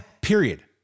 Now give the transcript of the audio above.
period